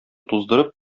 туздырып